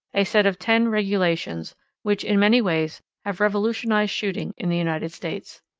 a set of ten regulations which, in many ways, have revolutionized shooting in the united states.